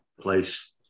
place